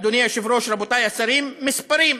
אדוני היושב-ראש, רבותי השרים, מספרים.